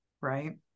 right